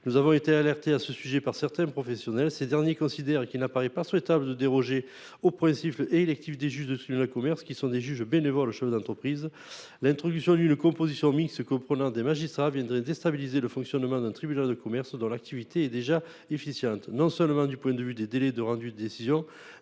Nous avons été alertés à ce sujet par certains professionnels, qui considèrent qu'il ne paraît pas souhaitable de déroger au principe électif des juges des tribunaux de commerce, qui sont des juges bénévoles, des chefs d'entreprise. L'introduction d'une composition mixte comprenant des magistrats viendrait déstabiliser le fonctionnement des tribunaux de commerce. Or leur l'activité est déjà efficiente, non seulement du point de vue des délais de rendu des décisions,